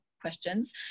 questions